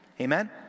Amen